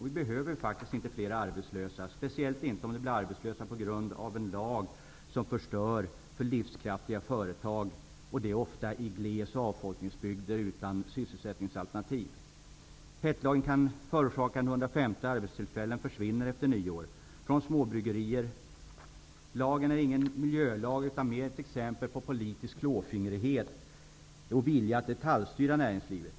Vi behöver inte fler arbetslösa, speciellt inte om de blir arbetslösa på grund av en lag, som förstör för livskraftiga företag, ofta i glesbygder och avfolkningsbygder utan sysselsättningsalternativ. PET-lagen kan förorsaka att 150 arbetstillfällen försvinner från småbryggerierna efter nyår. Lagen är ingen miljölag, utan mer ett exempel på politisk klåfingrighet och vilja att detaljstyra näringslivet.